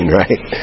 right